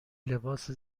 لباس